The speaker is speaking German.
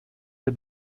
der